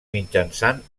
mitjançant